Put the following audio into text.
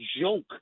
joke